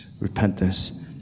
Repentance